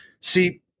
See